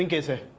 is it